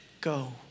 go